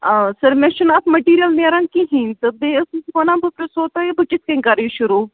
آ سَر مےٚ چھُ نہٕ اَتھ مٹیٖریَل نیران کِہیٖنۍ تہٕ بیٚیہِ ٲسٕس وَنان بہٕ پرژھو تۄہہِ بہٕ کِتھ کٔنۍ کَرٕ یہِ شُروع